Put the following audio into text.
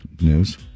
news